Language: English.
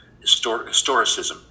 historicism